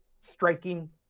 striking